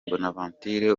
bonaventure